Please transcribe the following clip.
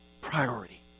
priority